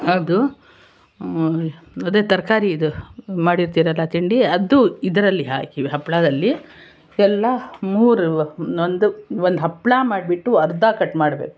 ಅದು ಅದೇ ತರಕಾರಿದು ಮಾಡಿರ್ತೀರಲ್ಲ ತಿಂಡಿ ಅದು ಇದರಲ್ಲಿ ಹಾಕಿ ಹಪ್ಪಳದಲ್ಲಿ ಎಲ್ಲ ಮೂರು ನಂದು ಒಂದು ಹಪ್ಪಳ ಮಾಡಿಬಿಟ್ಟು ಅರ್ಧ ಕಟ್ ಮಾಡಬೇಕು